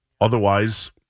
Otherwise